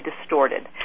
distorted